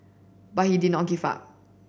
but he did not give up